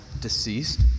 deceased